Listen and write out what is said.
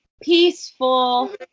peaceful